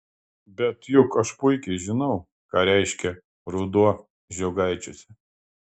bet juk aš puikiai žinau ką reiškia ruduo žiogaičiuose